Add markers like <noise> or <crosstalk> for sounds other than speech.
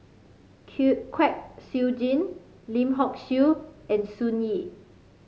<unintelligible> Kwek Siew Jin Lim Hock Siew and Sun Yee